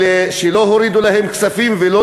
שלא הורידו להם כספים ולא